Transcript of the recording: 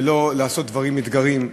ולא לעשות דברים מתגרים.